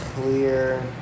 clear